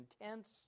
intense